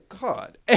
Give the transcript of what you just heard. god